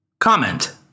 Comment